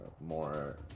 more